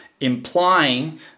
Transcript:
implying